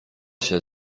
się